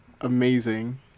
amazing